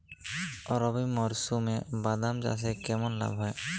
রবি মরশুমে বাদাম চাষে কেমন লাভ হয়?